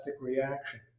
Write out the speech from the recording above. reaction